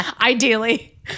Ideally